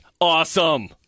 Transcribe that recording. awesome